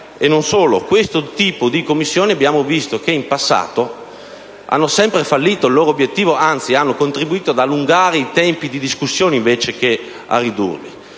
visto che questo tipo di Commissioni in passato hanno sempre fallito il loro obiettivo; anzi, hanno contribuito ad allungare i tempi di discussione invece che ridurli.